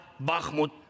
Bakhmut